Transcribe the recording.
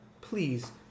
Please